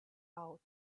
out